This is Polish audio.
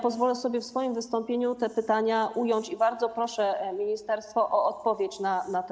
Pozwolę sobie w swoim wystąpieniu te pytania ująć i bardzo proszę ministerstwo o odpowiedź na nie.